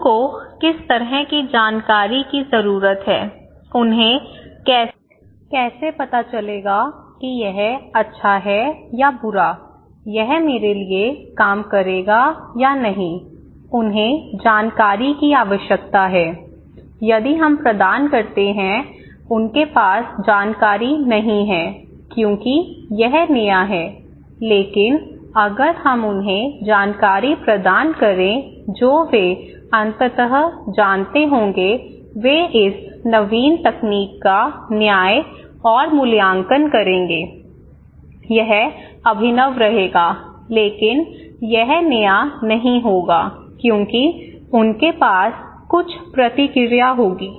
लोगों को किस तरह की जानकारी की जरूरत है उन्हें कैसे पता चलेगा कि यह अच्छा है या बुरा यह मेरे लिए काम करेगा या नहीं उन्हें जानकारी की आवश्यकता है यदि हम प्रदान करते हैं उनके पास जानकारी नहीं है क्योंकि यह नया है लेकिन अगर हम उन्हें जानकारी प्रदान करें जो वे अंततः जानते होंगे वे इस नवीन तकनीक का न्याय और मूल्यांकन करेंगे यह अभिनव रहेगा लेकिन यह नया नहीं होगा क्योंकि उनके पास कुछ प्रतिक्रिया होगी